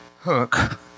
hook